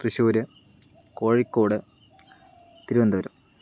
Thrissur Kozhikode Thiruvananthapuram